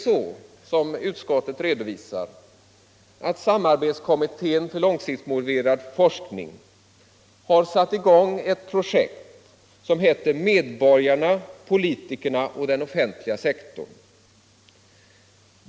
Som utskottet redovisar har samarbetskommittén för långsiktsmotiverad forskning startat ett projekt, som heter Medborgarna, politikerna och den offentliga sektorn.